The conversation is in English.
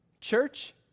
Church